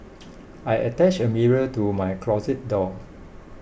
I attached a mirror to my closet door